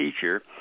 teacher